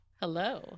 hello